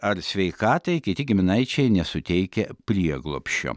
ar sveikatai kiti giminaičiai nesuteikia prieglobsčio